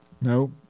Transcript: No